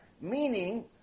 meaning